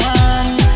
one